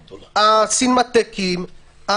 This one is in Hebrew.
הסינמטקים,